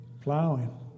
Plowing